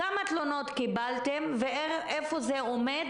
כמה תלונות קיבלתם ואיפה זה עומד